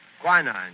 quinine